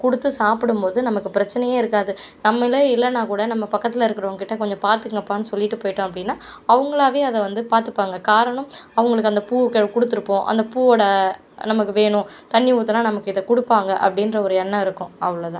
கொடுத்து சாப்பிடும் போது நமக்கு பிரச்சினையே இருக்காது நம்மளே இல்லைன்னா கூட நம்ம பக்கத்தில் இருக்கிறவங்ககிட்ட கொஞ்சம் பார்த்துங்கப்பான்னு சொல்லிட்டு போயிட்டோம் அப்படின்னா அவங்களாவே அதை வந்து பார்த்துப்பாங்க காரணம் அவங்களுக்கு அந்த பூக்கள் கொடுத்துருப்போம் அந்த பூவோட நமக்கு வேணும் தண்ணி ஊத்துனா நமக்கு இதை கொடுப்பாங்க அப்படின்ற ஒரு எண்ணம் இருக்கும் அவ்வளோதான்